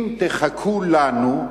אם תחכו לנו,